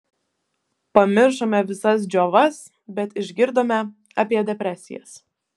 pamiršome visas džiovas bet išgirdome apie depresijas